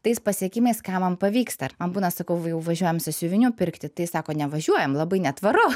tais pasiekimais ką man pavyksta man būna sakau jau važiuojam sąsiuvinių pirkti tai sako nevažiuojam labai netvaru